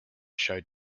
showed